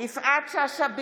הזאת, (קוראת בשמות חברי הכנסת) יפעת שאשא ביטון,